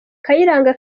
kayiranga